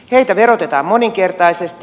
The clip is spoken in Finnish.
heitä verotetaan moninkertaisesti